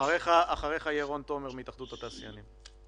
אחריך ידבר רון תומר מהתאחדות התעשיינים.